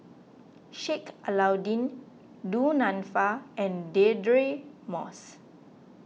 Sheik Alau'ddin Du Nanfa and Deirdre Moss